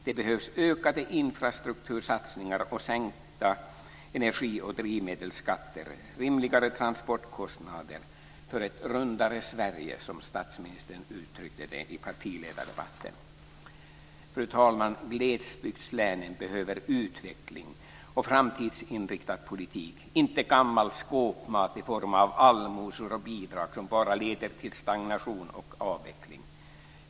Det behövs ökade infrastruktursatsningar och sänkta energi och drivmedelsskatter, rimligare transportkostnader för ett rundare Sverige, som statsministern uttryckte det i partiledardebatten. Fru talman! Glesbygdslänen behöver utveckling och framtidsinriktad politik - inte gammal skåpmat i form av allmosor och bidrag som bara leder till stagnation och avveckling.